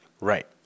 Right